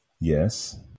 Yes